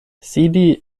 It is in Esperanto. sidi